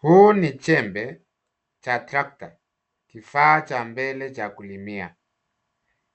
Huu ni jembe cha trakta , kifaa cha mbele cha kulimia.